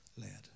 led